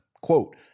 Quote